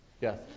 Yes